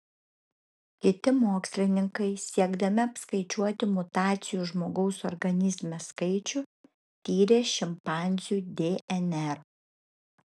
kiti mokslininkai siekdami apskaičiuoti mutacijų žmogaus organizme skaičių tyrė šimpanzių dnr